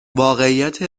واقعیت